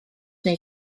neu